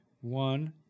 One